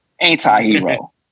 anti-hero